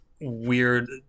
weird